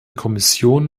kommission